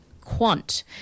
quant